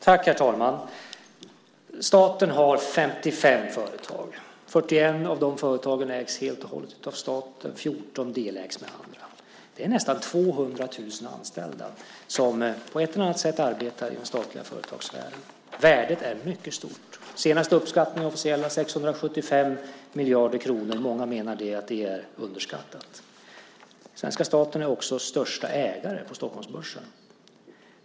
Herr talman! Staten har 55 företag. 41 av de företagen ägs helt och hållet av staten, 14 delägs med andra. Det är nästan 200 000 anställda som på ett eller annat sätt arbetar i den statliga företagssfären. Värdet är mycket stort. Den senaste officiella uppskattningen visade på 675 miljarder kronor. Många menar att det är underskattat. Svenska staten är också största ägare på Stockholmsbörsen.